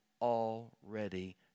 already